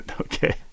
Okay